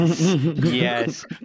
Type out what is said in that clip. yes